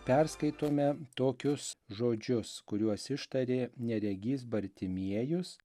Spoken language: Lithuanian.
perskaitome tokius žodžius kuriuos ištarė neregys bartimiejus